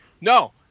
No